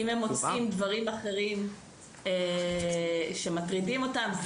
אם הם מוצאים דברים אחרים שמטרידים אותם,